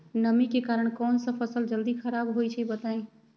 नमी के कारन कौन स फसल जल्दी खराब होई छई बताई?